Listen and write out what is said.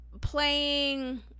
playing